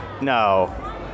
No